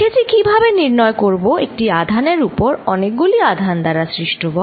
শিখেছি কিভাবে নির্ণয় করব একটি আধানের উপর অনেকগুলি আধান দ্বারা সৃষ্ট বল